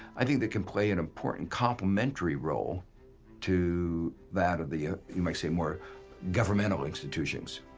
i think they can play an important complementary role to that of the, you might say, more governmental institutions.